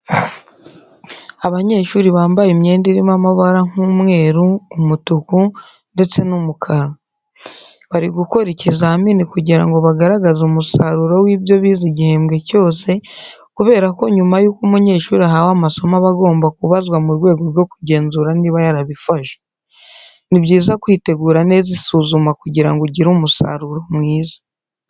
Abanyeshuri bambaye imyenda irimo amabara nk'umweru, umutuku ndetse numukara. Barigukora ikizamini kugira ngo bagaragaze umusaruro w'ibyo bize igihebwe cyose kuberako nyuma yuko umunyeshuri ahawe amasomo abagomba kubazwa murwego rwo kugenzura niba yarabifashe. Ni byiza kwitegura neza isuzuma kungirango ugire umusaruro mwiza.